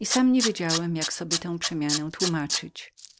i sam nie wiedziałem jak sobie tę przemianę tłumaczyć